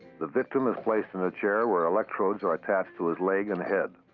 the victim is placed in a chair where electrodes are attached to his leg and head.